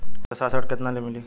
व्यवसाय ऋण केतना ले मिली?